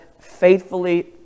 faithfully